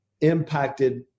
impacted